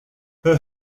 her